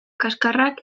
kaxkarrak